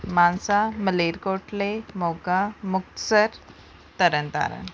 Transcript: Mansa Malerkotla Moga Muktsar Tarn Taran